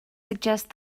suggest